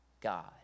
God